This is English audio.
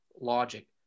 logic